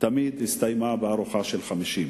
תמיד הסתיימה בארוחה של 50,